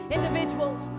Individuals